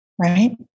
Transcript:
Right